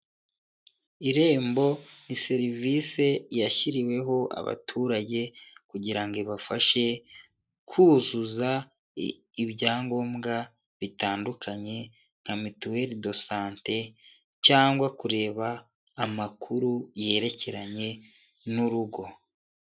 Irembo ni serivisi yashyiriweho abaturage kugira ngo ibafashe kuzuza ibyangombwa bitandukanye nka mituweri do sante cyangwa kureba amakuru yerekeranye n'urugo.